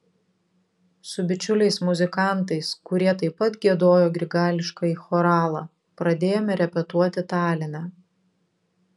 su bičiuliais muzikantais kurie taip pat giedojo grigališkąjį choralą pradėjome repetuoti taline